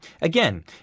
Again